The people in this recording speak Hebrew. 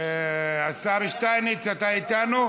השר שטייניץ, אתה איתנו?